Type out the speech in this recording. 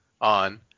on